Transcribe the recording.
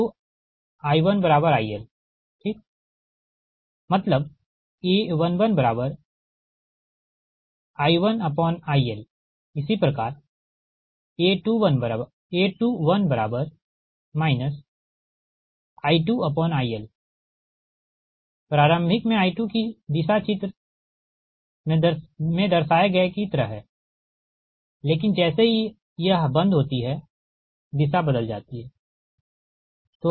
तो I1IL ठीक मतलब A11I1IL इसी प्रकार A21 I2IL प्रारंभिक में I2कि दिशा चित्र में दर्शाए गए कि तरह है लेकिन जैसे ही यह बंद होती है दिशा बदल जाती है